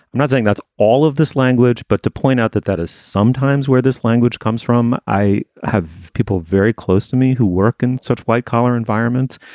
i'm not saying that's all of this language, but to point out that that is sometimes where this language comes from. i have people very close to me who work in such white collar environments.